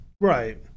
right